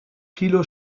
kilo